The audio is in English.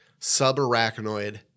Subarachnoid